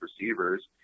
receivers